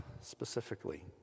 specifically